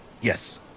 Yes